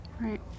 Right